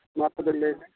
ᱢᱟ ᱛᱚᱵᱮ ᱞᱟᱹᱭ ᱢᱮ